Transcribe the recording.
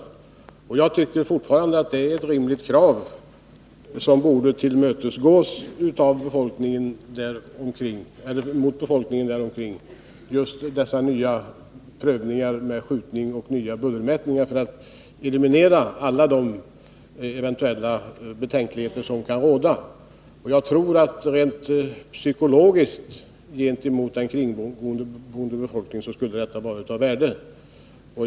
Jag tycker fortfarande att det är ett rimligt krav av befolkningen däromkring, ett krav som borde tillmötesgås. Jag tänker på dessa prov med skjutning och nya bullermätningar för att eliminera alla de eventuella . betänkligheter som kan finnas. Rent psykologiskt gentemot den kringboen de befolkningen skulle detta vara av värde.